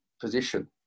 position